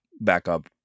backup